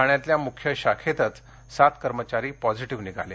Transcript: ठाण्यातील मुख्य शाखेतच सात कर्मचारी पॉझिटीव निघाले